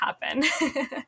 happen